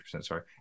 Sorry